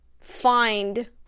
find